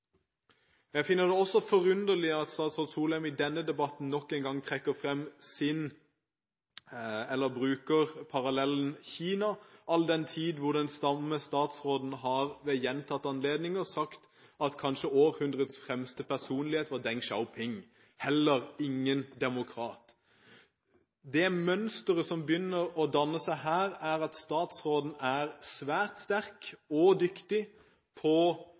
Jeg finner det også forunderlig at statsråd Solheim i denne debatten nok en gang trekker parallellen til Kina, all den tid den samme statsråden ved gjentatte anledninger har sagt at det forrige århundrets fremste personlighet kanskje var Deng Xiaoping, heller ingen demokrat. Det mønsteret som begynner å danne seg her, er at statsråden er svært sterk og dyktig